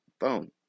phone